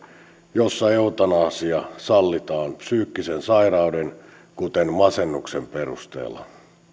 jossa eutanasia sallitaan psyykkisen sairauden kuten masennuksen perusteella